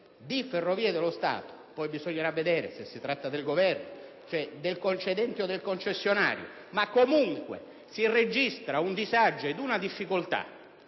di Ferrovie dello Stato (poi bisognerà vedere se si tratta del Governo, cioè del concedente o del concessionario). In ogni caso, mentre si registra un disagio e una difficoltà,